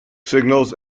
signals